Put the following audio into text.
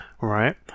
right